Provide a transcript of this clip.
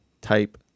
type